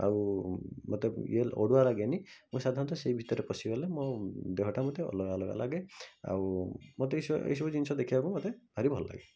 ଆଉ ମୋତେ ଇଏ ଅଡୁଆ ଲାଗେନି ମୁଁ ସାଧାରଣତଃ ସେଇ ଭିତରେ ପଶିଗଲେ ମୋ ଦେହଟା ମୋତେ ଅଲଗା ଅଲଗା ଲାଗେ ଆଉ ମୋତେ ଏହିସବୁ ଏହିସବୁ ଜିନିଷ ଦେଖିବାକୁ ମୋତେ ଭାରି ଭଲଲାଗେ